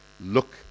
look